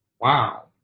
Wow